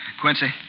Quincy